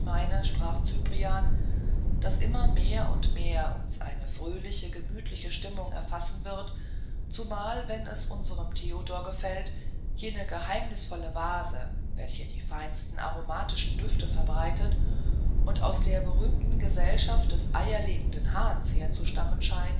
sprach cyprian daß immer mehr und mehr uns eine fröhliche gemütliche stimmung erfassen wird zumal wenn es unserm theodor gefällt jene geheimnisvolle vase welche die feinsten aromatischen düfte verbreitet und aus der berühmten gesellschaft des eierlegenden hahns herzustammen scheint